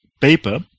paper